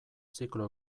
ziklo